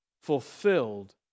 Fulfilled